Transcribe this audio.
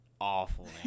awful